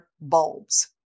bulbs